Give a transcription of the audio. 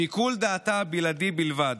שיקול דעתה הבלעדי בלבד.